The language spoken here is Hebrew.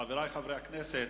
חברי חברי הכנסת,